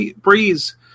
Breeze